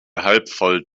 halbvoll